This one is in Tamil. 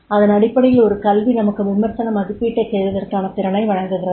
இதன் அடிப்படையில் ஒரு கல்வி நமக்கு விமர்சன மதிப்பீட்டைச் செய்வதற்கான திறனை வழங்குகிறது